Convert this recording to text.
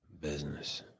Business